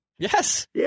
Yes